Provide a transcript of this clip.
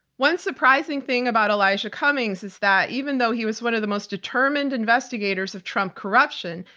one surprising thing about elijah cummings is that even though he was one of the most determined investigators of trump corruption,